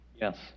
Yes